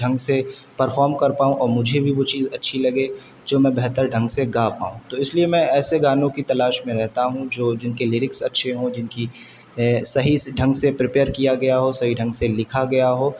ڈھنگ سے پرفام کر پاؤں اور مجھے بھی وہ چیز اچھی لگے جو میں بہتر ڈھنگ سے گا پاؤں تو اس لیے میں ایسے گانوں کی تلاش میں رہتا ہوں جو جن کے لیرکس اچھے ہوں جن کی صحیح سے ڈھنگ سے پریپئر کیا گیا ہو صحیح ڈھنگ سے لکھا گیا ہو